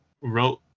Wrote